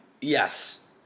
Yes